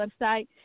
website